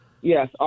Yes